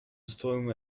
storm